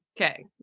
Okay